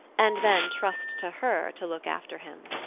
and then trust to her to look after him.